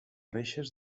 reixes